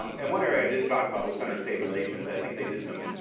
um and one area i didn't talk about was center-state relations, i think they did some,